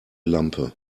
lampe